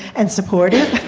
and supportive.